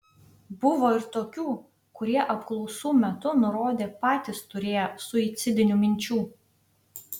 buvo ir tokių kurie apklausų metu nurodė patys turėję suicidinių minčių